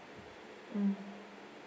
mm